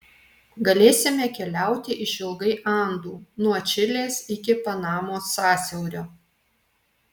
galėsime keliauti išilgai andų nuo čilės iki panamos sąsiaurio